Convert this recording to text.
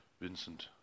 Vincent